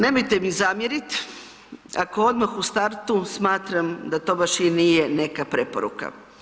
Nemojte mi zamjerit ako odmah u startu smatram da to baš i nije neka preporuka.